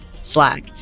slack